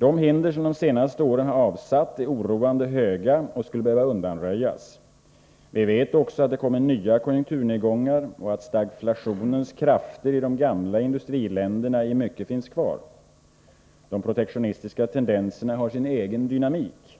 De hinder som de senaste åren avsatt är oroande höga och skulle behöva undanröjas. Vidare vet vi att det kommer nya konjunkturnedgångar och att stagflationens krafter i de gamla industriländerna i mycket finns kvar. De protektionistiska tendenserna har sin egen dynamik.